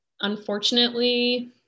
unfortunately